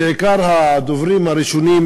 בעיקר הדוברים הראשונים,